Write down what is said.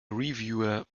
reviewer